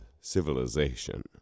civilization